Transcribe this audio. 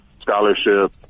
scholarship